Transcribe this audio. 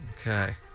Okay